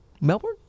Melbourne